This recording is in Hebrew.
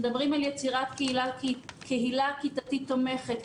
אנחנו מדברים על יצירת קהילה כיתתית תומכת.